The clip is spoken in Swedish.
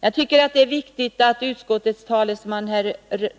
Jag tycker att det är viktigt att utskottets talesman